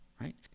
right